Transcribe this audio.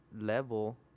level